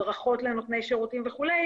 הדרכות לנותני שירותים וכולי,